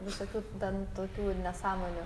visokių ten tokių nesąmonių